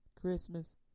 Christmas